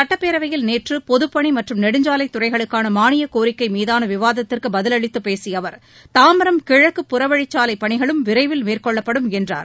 சட்டப்பேரவையில் நேற்று பொதுப்பணி மற்றும் நெடுஞ்சாலைத் துறைகளுக்கான மானியக் கோரிக்கை மீதான விவாத்திற்கு பதிலளித்துப் பேசிய அவர் தாம்பரம் கிழக்கு புறவழிச்சாலைப் பணிகளும் விரைவில் மேற்கொள்ளப்படும் என்றார்